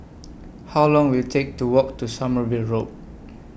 How Long Will IT Take to Walk to Sommerville Road